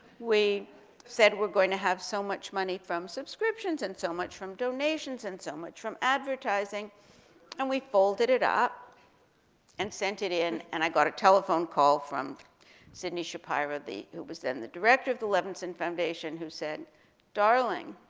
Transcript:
we said we're going to have so much money from subscriptions, and so much from donations, and so much from advertising and we folded it up and sent it in, and i got a telephone call from sydney shapira, who was then the director of the levenson foundation, who said darling